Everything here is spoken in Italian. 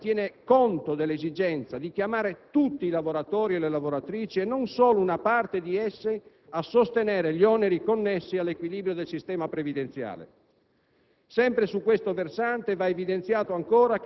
In via generale, la soluzione individuata tiene conto dell'esigenza di chiamare tutti i lavoratori e le lavoratrici, e non solo una parte di essi, a sostenere gli oneri connessi all'equilibrio del sistema previdenziale.